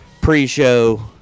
pre-show